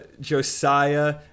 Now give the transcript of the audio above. Josiah